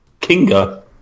Kinga